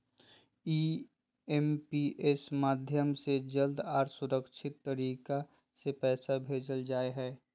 IMPS माध्यम से जल्दी आर सुरक्षित तरीका से पैसा भेजल जा हय